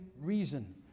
reason